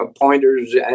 pointers